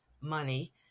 money